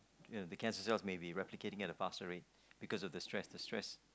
the cancer cells may be replicating at a faster rate because of the stress the stress